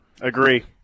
Agree